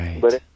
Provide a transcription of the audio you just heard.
right